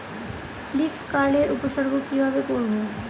Leaf curl এর উপসর্গ কিভাবে করব?